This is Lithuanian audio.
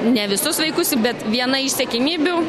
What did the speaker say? ne visus vaikus bet viena iš siekiamybių